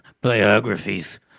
Biographies